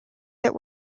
that